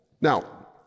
Now